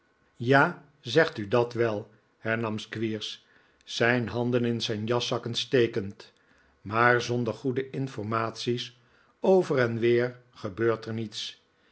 ja zegt u dat wel hernam squeers zijn handen in zijn jaszakken stekend maar zonder goede informaties over en weer gebeurt er niets